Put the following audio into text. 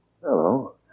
Hello